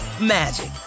magic